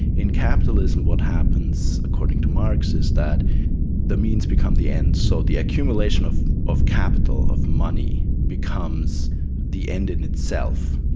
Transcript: in capitalism what happens, according to marx, is that the means become the ends. so the accumulation of of capital, of money, becomes the end in itself,